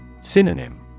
Synonym